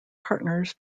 partners